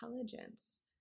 intelligence